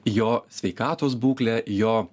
į jo sveikatos būklę į jo